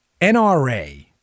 NRA